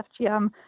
FGM